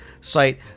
site